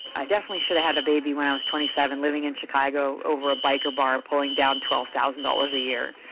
i definitely should have had a baby when i was twenty seven living in chicago over a biker bar pulling down twelve thousand dollars a year,